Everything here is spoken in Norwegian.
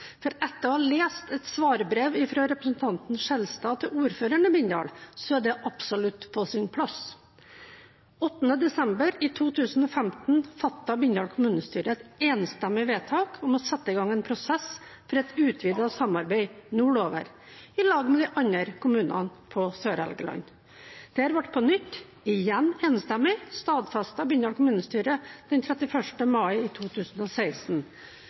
fakta. Etter å ha lest et svarbrev fra representanten Skjelstad til ordføreren i Bindal er det absolutt på sin plass. Den 8. desember i 2015 fattet Bindal kommunestyre et enstemmig vedtak om å sette i gang en prosess for et utvidet samarbeid nordover – i lag med de andre kommunene på Sør-Helgeland. Dette ble på nytt, igjen enstemmig, stadfestet av Bindal kommunestyre den 31. mai 2016.